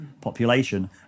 population